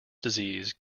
disease